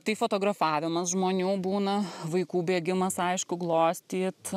tai fotografavimas žmonių būna vaikų bėgimas aišku glostyt